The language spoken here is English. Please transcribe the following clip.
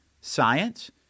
science